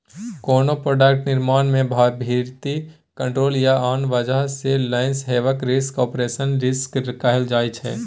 कोनो प्रोडक्ट निर्माण मे भीतरी कंट्रोल या आन बजह सँ लौस हेबाक रिस्क आपरेशनल रिस्क कहाइ छै